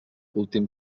últim